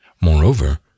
Moreover